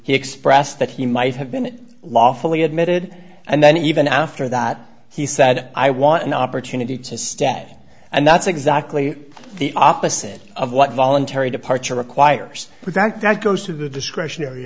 expressed that he might have been lawfully admitted and then even after that he said i want an opportunity to stay and that's exactly the opposite of what voluntary departure requires back that goes to the discretionary